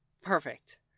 Perfect